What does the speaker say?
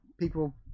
people